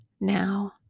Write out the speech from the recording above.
now